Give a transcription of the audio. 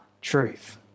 truth